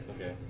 Okay